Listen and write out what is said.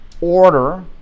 order